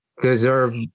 deserve